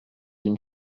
une